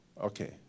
Okay